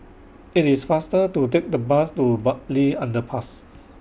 IT IS faster to Take The Bus to Bartley Underpass